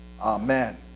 Amen